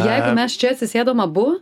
jeigu mes čia atsisėdom abu